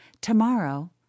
Tomorrow